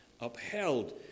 upheld